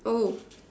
oh